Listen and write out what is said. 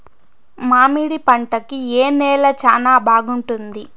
మామిడి పంట కి ఏ నేల చానా బాగుంటుంది